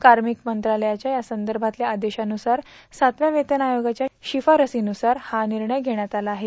कार्मिक मंत्रालयाच्या या संदर्भातल्या आदेशनुसार सातव्या वेतन आयोगाच्या शिफारशीनसार हा निर्णय ेष्यात आला आहे